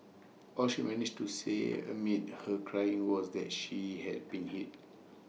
all she managed to say amid her crying was that she had been hit